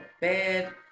bed